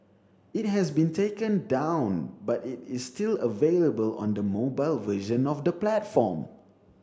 it has been taken down but it is still available on the mobile version of the platform